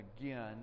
again